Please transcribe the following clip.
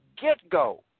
get-go